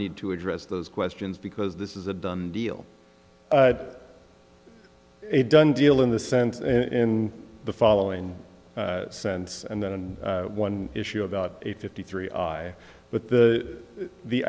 need to address those questions because this is a done deal a done deal in the sense in the following sense and then and one issue about a fifty three i but the the